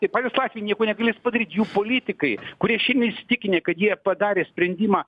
tie patys latviai nieko negalės padaryt jų politikai kurie šiandien įsitikinę kad jie padarė sprendimą